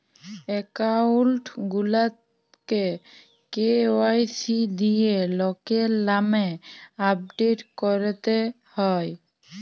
account গুলাকে KYC দিঁয়ে লকের লামে আপডেট ক্যরতে হ্যয়